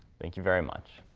thank you very much.